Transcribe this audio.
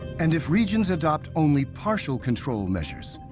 and if regions adopt only partial control measures,